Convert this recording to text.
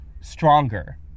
stronger